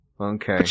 Okay